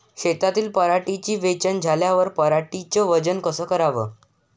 शेतातील पराटीची वेचनी झाल्यावर पराटीचं वजन कस कराव?